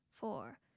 four